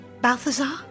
Balthazar